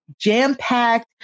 jam-packed